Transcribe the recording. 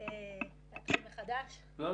וגם